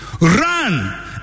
Run